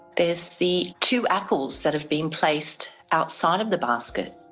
there's the two apples that have been placed outside of the basket,